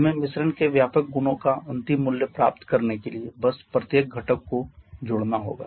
हमें मिश्रण के व्यापक गुणों का अंतिम मूल्य प्राप्त करने के लिए बस प्रत्येक घटक को जोड़ना होगा